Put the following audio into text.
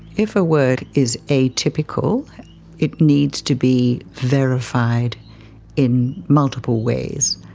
if a work is atypical it needs to be verified in multiple ways.